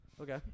Okay